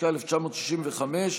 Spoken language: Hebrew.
התשכ"ה 1965,